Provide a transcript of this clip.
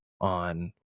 on